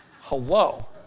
Hello